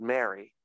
Mary